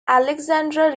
alexandra